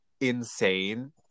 insane